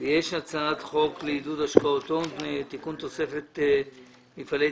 אנחנו מתחילים בהצעת חוק לעידוד השקעות הון בחקלאות (תיקון מס' 8),